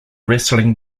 wrestling